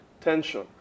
tension